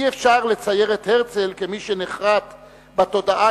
אי-אפשר לצייר את הרצל כמי שנחרת בתודעה